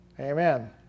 Amen